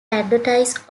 advertise